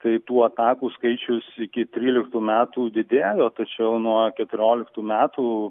tai tų atakų skaičius iki tryliktų metų didėjo tačiau nuo keturioliktų metų